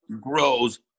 grows